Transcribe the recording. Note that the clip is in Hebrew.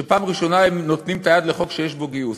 שפעם ראשונה הם נותנים את היד לחוק שיש בו גיוס.